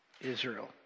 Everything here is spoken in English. Israel